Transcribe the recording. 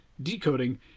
decoding